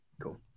cool